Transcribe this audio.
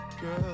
Girl